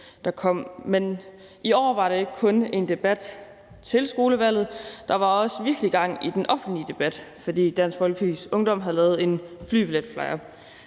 Men i år var der ikke kun en debat til skolevalget; der var også virkelig gang i den offentlige debat, fordi Dansk Folkepartis Ungdom havde lavet en flybilletflyer.